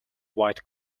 white